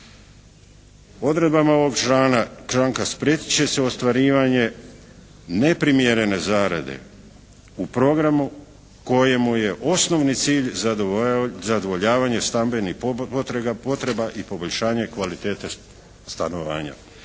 Odredbama ovog članka spriječit će se ostvarivanje neprimjerene zarade u programu kojemu je osnovni cilj zadovoljavanje stambenih potreba i poboljšanje kvalitete stanovanja.